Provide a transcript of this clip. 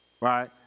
right